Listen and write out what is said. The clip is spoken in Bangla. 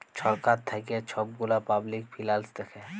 ছরকার থ্যাইকে ছব গুলা পাবলিক ফিল্যাল্স দ্যাখে